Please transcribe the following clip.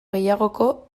gehiagoko